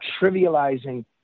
trivializing